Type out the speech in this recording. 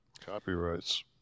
Copyrights